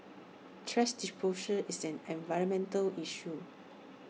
thrash disposal is an environmental issue